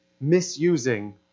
misusing